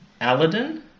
Aladdin